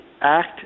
act